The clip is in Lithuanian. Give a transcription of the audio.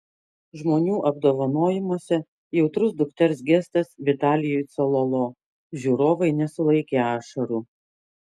žmonių apdovanojimuose jautrus dukters gestas vitalijui cololo žiūrovai nesulaikė ašarų